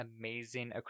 amazing